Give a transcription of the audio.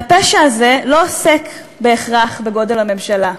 והפשע הזה לא עוסק בהכרח בגודל הממשלה.